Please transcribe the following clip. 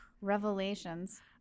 Revelations